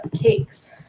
cakes